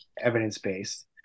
evidence-based